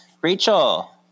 Rachel